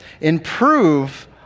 improve